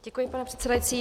Děkuji, pane předsedající.